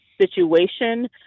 situation